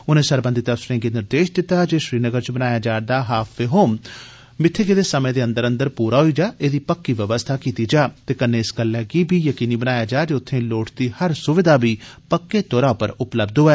उनें सरबंधत अफसरें गी निर्देष दित्ता जे श्रीनगर च बनाया जा'रदा हाफ वे होम मित्थे गेदे समें दे अंदर अंदर पूरा होई जा एह्दी पक्की बवस्था कीती जा ते कन्नै इस गल्लै गी बी जकीनी बनाया जा जे उत्थें लोड़चदी हर सुविधा बी पक्कै तौरा पर उपलब्ध होए